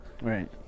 right